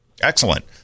Excellent